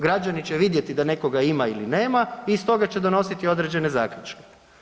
Građani će vidjeti da nekoga ima ili nema i stoga će donositi određene zaključke.